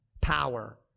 power